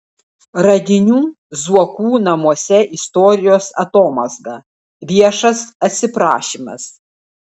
radinių zuokų namuose istorijos atomazga viešas atsiprašymas